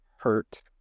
hurt